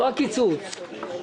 הקיצוץ.